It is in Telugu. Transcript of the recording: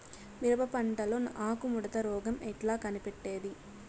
మిరప పంటలో ఆకు ముడత రోగం ఎట్లా కనిపెట్టేది?